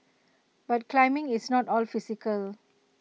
but climbing is not all physical